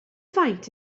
faint